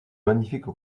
magnifique